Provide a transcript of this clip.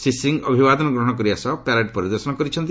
ଶ୍ରୀ ସିଂ ଅଭିବାଦନ ଗ୍ରହଣ କରିବା ସହ ପ୍ୟାରେଡ୍ ପରିଦର୍ଶନ କରିଛନ୍ତି